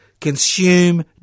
Consume